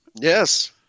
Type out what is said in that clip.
Yes